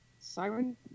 siren